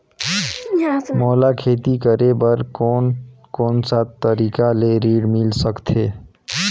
मोला खेती करे बर कोन कोन सा तरीका ले ऋण मिल सकथे?